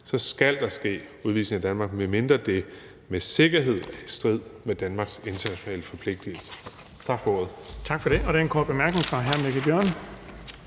skal der ske udvisning af Danmark, medmindre det med sikkerhed er i strid med Danmarks internationale forpligtigelser. Tak for ordet.